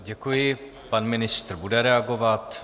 Děkuji, pan ministr bude reagovat.